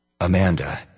Amanda